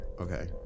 Okay